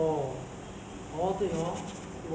I'm not very that sure what course they're in but